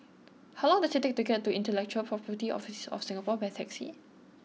how long does it take to get to Intellectual Property Office of Singapore by taxi